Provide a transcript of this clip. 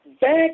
back